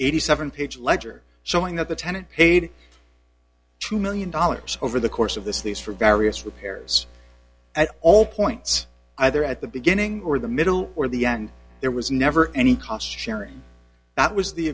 eighty seven dollars page letter showing that the tenant paid two million dollars over the course of this lease for various repairs and all points either at the beginning or the middle or the end there was never any cost sharing that was the